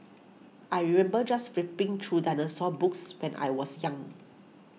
I remember just flipping through dinosaur books when I was young